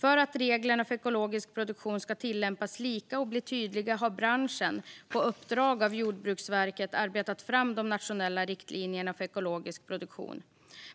För att reglerna för ekologisk produktion ska tillämpas lika och bli tydliga har branschen på uppdrag av Jordbruksverket arbetat fram de nationella riktlinjerna för ekologisk produktion.